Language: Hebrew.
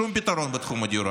שום פתרון בתחום הדיור.